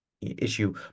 issue